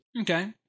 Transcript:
okay